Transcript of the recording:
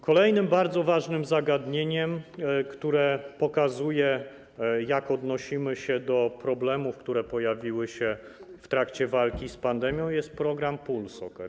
Kolejnym bardzo ważnym zagadnieniem, które pokazuje, jak odnosimy się do problemów, które pojawiły się w trakcie walki z pandemią, jest program PulsoCare.